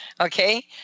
Okay